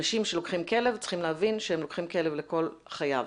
אנשים שלוקחים כלב צריכים להבין שהם לוקחים כלב לכל חייו.